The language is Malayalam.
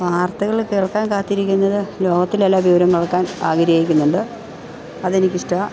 വാർത്തകൾ കേൾക്കാൻ കാത്തിരിക്കുന്നത് ലോകത്തിലെ എല്ലാ വിവരങ്ങളും കേൾക്കാൻ ആഗ്രഹിക്കുന്നുണ്ട് അത് എനിക്ക് ഇഷ്ടമാണ്